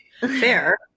fair